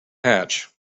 hatch